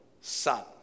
son